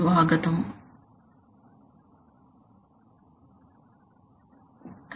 శుభోదయం మరియు PID నియంత్రణపై ఈ కోర్సు యొక్క 12 వ పాఠానికి స్వాగతం